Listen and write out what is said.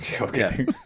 Okay